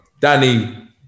Danny